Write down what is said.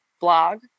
blog